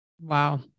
Wow